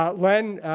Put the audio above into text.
ah len,